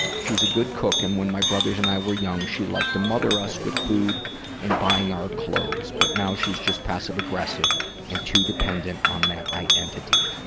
she's a good cook, and when my brothers and i were young, she liked to mother us with food and buying our clothes. but now, she's just passive-aggressive and too dependent on that identity.